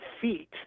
feet